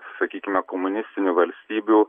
sakykime komunistinių valstybių